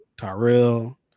tyrell